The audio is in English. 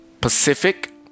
Pacific